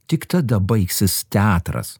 tik tada baigsis teatras